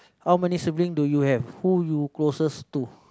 how many sibling do you have who you closet to